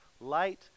light